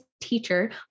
teacher